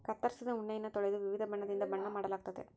ಕತ್ತರಿಸಿದ ಉಣ್ಣೆಯನ್ನ ತೊಳೆದು ವಿವಿಧ ಬಣ್ಣದಿಂದ ಬಣ್ಣ ಮಾಡಲಾಗ್ತತೆ